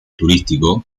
turístico